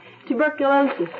Tuberculosis